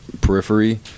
periphery